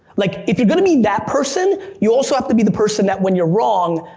like if you're gonna be that person, you also have to be the person that when you're wrong,